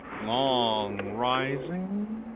long rising